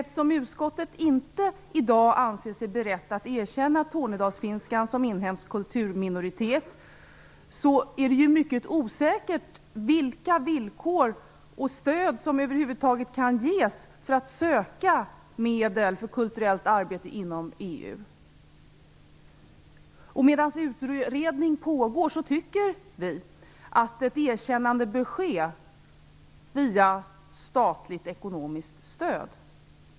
Eftersom utskottet i dag inte anser sig berett att kunna erkänna tornedalsfinnar som inhemsk kulturminoritet är det mycket osäkert vilka villkor som gäller och vilka stöd som över huvud taget kan ges för kulturellt arbete inom EU. Medan utredning pågår anser vi att ett erkännande bör ske via statligt ekonomiskt stöd.